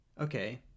okay